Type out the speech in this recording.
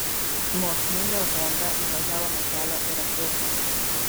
nuo smūgio honda nuvažiavo nuo kelio ir apvirto